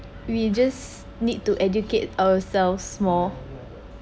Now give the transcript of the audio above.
you just need to educate ourselves more